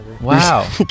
Wow